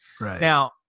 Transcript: Now